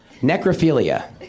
necrophilia